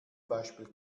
beispiel